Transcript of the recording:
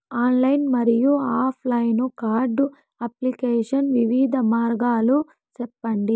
Online మరియు offline card application వివిధ మార్గాలు సెప్పండి?